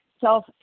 self